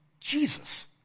Jesus